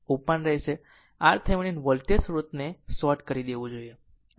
open રહે છે RThevenin voltage સ્રોતને શોર્ટ કરી દેવું જોઈએ